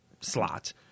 slot